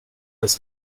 ist